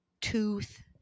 tooth